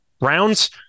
rounds